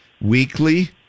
Weekly